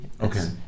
Okay